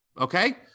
Okay